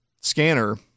scanner